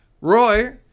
Roy